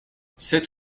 sept